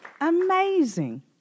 Amazing